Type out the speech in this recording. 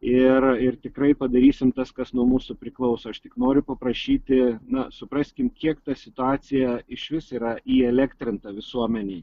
ir ir tikrai padarysim tas kas nuo mūsų priklauso aš tik noriu paprašyti na supraskim kiek ta situacija išvis yra įelektrinta visuomenėj